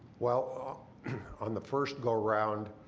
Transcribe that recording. well ah on the first go-round,